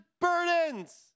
burdens